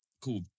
cool